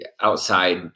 outside